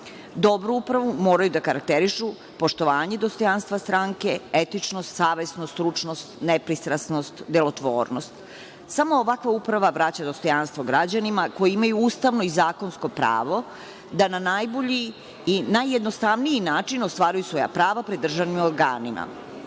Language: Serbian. Dobro upravu moraju da karakterišu, poštovanje i dostojanstvo stranke, etičnost, savesnost, stručnost, nepristrasnost, delotvornost. Samo ovakva uprava vraća dostojanstvo građanima koji imaju ustavno i zakonsko pravo da na najbolji i najjednostavniji način ostvaruju svoja prava pri državnim organima. Koliko